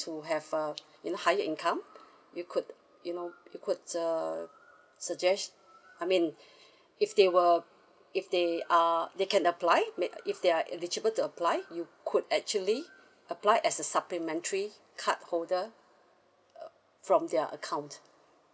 who have uh an higher income you could you know you could err suggest I mean if they were if they are they can apply I mean if they are eligible to apply you could actually apply as a supplementary card holder uh from their account